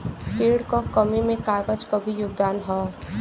पेड़ क कमी में कागज क भी योगदान हौ